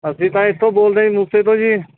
ਅਸੀਂ ਤਾਂ ਇੱਥੋਂ ਬੋਲਦੇ ਜੀ ਮੂਸੇ ਤੋਂ ਜੀ